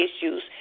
issues